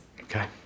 okay